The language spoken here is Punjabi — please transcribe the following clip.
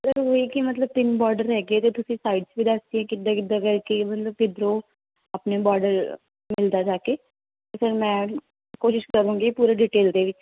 ਸਰ ਉਹ ਹੀ ਕਿ ਮਤਲਬ ਤਿੰਨ ਬੋਰਡਰ ਹੈਗੇ ਤੁਸੀਂ ਸਾਈਡਜ਼ ਵੀ ਦੱਸ ਦਿੱਤੀਆਂ ਕਿੱਦਾਂ ਕਿੱਦਾਂ ਕਰਕੇ ਮਤਲਬ ਕਿੱਧਰੋਂ ਆਪਣੇ ਬੋਰਡਰ ਮਿਲਦਾ ਜਾ ਕੇ ਅਤੇ ਫਿਰ ਮੈਂ ਕੋਸ਼ਿਸ਼ ਕਰੂੰਗੀ ਪੂਰੇ ਡਿਟੇਲ ਦੇ ਵਿੱਚ